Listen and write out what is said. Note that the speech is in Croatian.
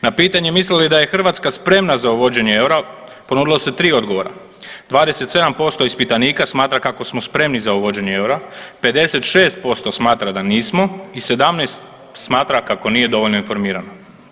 Na pitanje misle li da je Hrvatska spremana za uvođenje eura, ponudilo se 3 odgovora, 27% ispitanika smatra kako smo spremni za uvođenje eura, 56% smatra da nismo i 17 smatra kako nije dovoljno informirano.